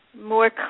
more